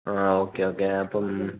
ആ okay okay അപ്പം